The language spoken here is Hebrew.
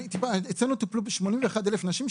אצלנו טופלו 81,000 נשים,